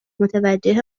متوجه